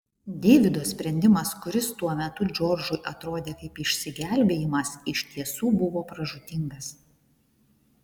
deivido sprendimas kuris tuo metu džordžui atrodė kaip išsigelbėjimas iš tiesų buvo pražūtingas